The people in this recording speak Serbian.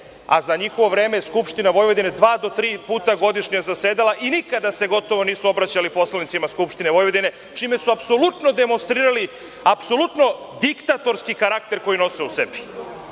a za njihovo vreme Skupština Vojvodine je 2-3 puta godišnje zasedala i nikada se gotovo nisu obraćali poslanicima Skupštine Vojvodine, čime su apsolutno demonstrirali diktatorski karakter koji nose u sebi